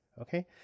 Okay